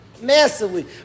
massively